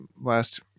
last